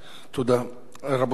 רבותי חברי הכנסת,